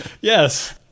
yes